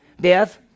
Death